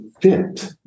fit